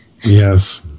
yes